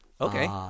okay